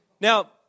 Now